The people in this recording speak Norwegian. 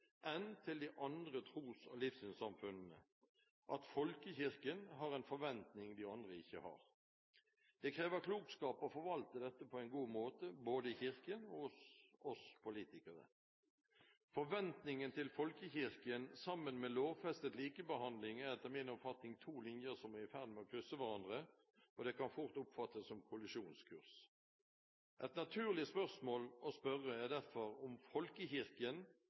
enn til de andre tros- og livssynssamfunnene, at folkekirken har en forventning de andre ikke har. Det krever klokskap å forvalte dette på en god måte, både i Kirken og hos oss politikere. Forventningen til folkekirken sammen med lovfestet likebehandling er etter min oppfatning to linjer som er i ferd med å krysse hverandre, og det kan fort oppfattes som kollisjonskurs. Et naturlig spørsmål å stille er derfor om folkekirken, majoritetskirken i